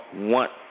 want